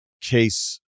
case